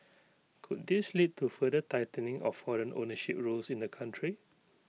could this lead to further tightening of foreign ownership rules in the country